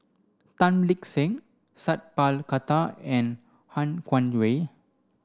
Tan Lip Seng Sat Pal Khattar and Han Guangwei